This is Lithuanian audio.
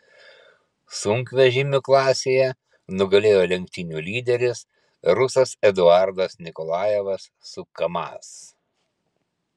sunkvežimių klasėje nugalėjo lenktynių lyderis rusas eduardas nikolajevas su kamaz